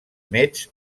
metz